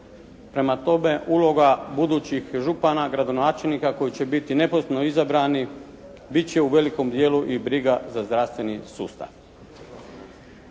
Prema tome, uloga budućih župana, gradonačelnika koji će biti …/Govornik se ne razumije./… izabranih bit će u velikom dijelu i briga za zdravstveni sustav.